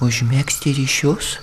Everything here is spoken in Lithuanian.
užmegzti ryšius